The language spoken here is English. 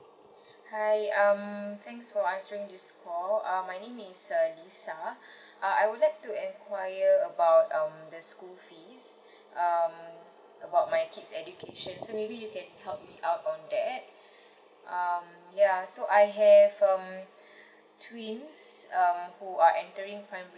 hi um thanks for answering this call uh my name is uh lisa uh I would like to enquire about um the school fees um about my kid's education so maybe you can help me out on that um ya so I have um twins uh who are entering primary